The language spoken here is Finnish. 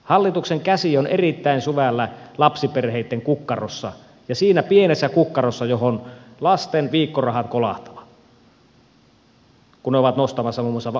hallituksen käsi on erittäin syvällä lapsiperheitten kukkarossa ja siinä pienessä kukkarossa johon lasten viikkorahat kolahtavat kun ne ovat nostamassa muun muassa makeisveroa edelleen